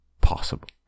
possible